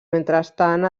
mentrestant